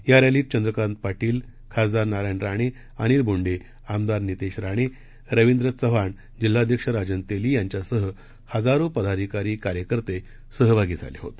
या रॅलीत चंद्रकांत पाटील खासदार नारायण राणे अनिल बोंडे आमदार नितेश राणे रवींद्र चव्हाण जिल्हाध्यक्ष राजन तेली यांच्यासह हजारो पदाधिकारी कार्यकर्ते सहभागी झाले होते